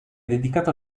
dedicato